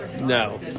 No